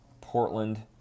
Portland